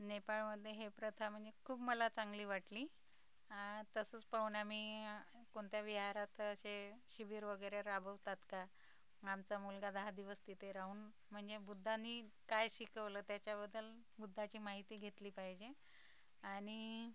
नेपाळमध्ये हे प्रथा म्हणजे खूप मला चांगली वाटली तसंच पाहून आम्ही कोणत्या विहारात असे शिबीर वगैरे राबवतात का आमचा मुलगा दहा दिवस तिथे राहून म्हणजे बुद्धानी काय शिकवलं त्याच्याबद्दल बुद्धाची माहिती घेतली पाहिजे आणि